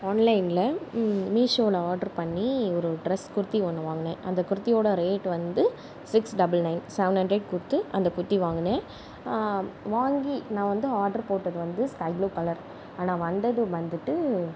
ஆன்லைனில் மீஷோவில ஆர்டர் பண்ணி ஒரு ட்ரெஸ் குர்தி ஒன்று வாங்குனேன் அந்த குர்தியோட ரேட் வந்து six double nine seven hundred கொடுத்து அந்த குர்தி வாங்குனேன் வாங்கி நான் வந்து ஆர்டர் போட்டது வந்து ஸ்கைப்ளு கலர் ஆனால் வந்தது வந்துட்டு